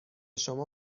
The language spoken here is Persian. شما